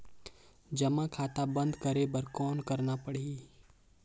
जमा खाता बंद करे बर कौन करना पड़ही?